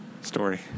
story